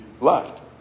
left